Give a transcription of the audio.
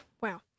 Wow